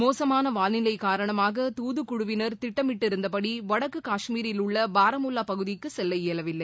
மோசமான வாளிலை காரணமாக தூதுக்குழுவினர் திட்டமிட்டிருந்தபடி வடக்கு காஷ்மீரில் உள்ள பாராமுல்லா பகுதிக்கு செல்ல இயலவில்லை